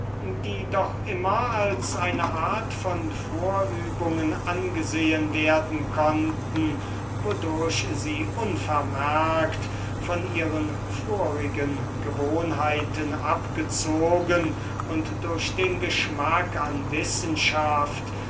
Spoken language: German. die doch immer als eine art von vorübungen angesehen werden konnten wodurch sie unvermerkt von ihren vorigen gewohnheiten abgezogen und durch den geschmack an wissenschaft